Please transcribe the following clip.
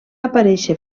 aparèixer